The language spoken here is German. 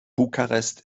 bukarest